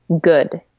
good